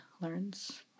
learns